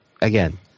again